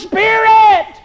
Spirit